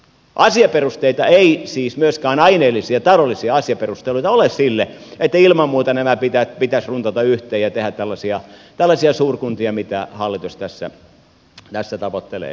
asiaperusteita ei siis myöskään aineellisia taloudellisia asiaperusteita ole sille että ilman muuta nämä pitäisi runtata yhteen ja tehdä tällaisia suurkuntia mitä hallitus tässä tavoittelee